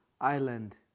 Island